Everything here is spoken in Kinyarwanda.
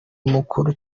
mukuru